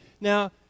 Now